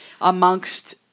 amongst